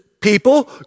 people